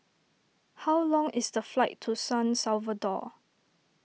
how long is the flight to San Salvador